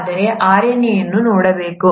ಆದರೆ RNA ಅನ್ನು ನೋಡಬೇಕು